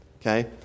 Okay